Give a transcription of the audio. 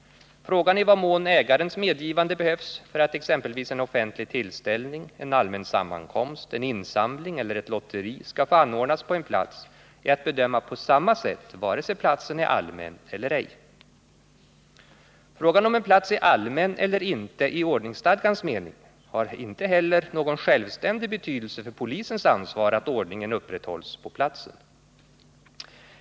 Frågan i vad mån ägarens medgivande behövs för att exempelvis en offentlig tillställning, en allmän sammankomst, en insamling eller ett lotteri skall få anordnas på en plats är att bedöma på samma sätt vare sig platsen är allmän eller ej. Frågan om en plats är allmän eller inte i ordningsstadgans mening har inte heller någon självständig betydelse för polisens ansvar för att ordningen upprätthålls på platsen.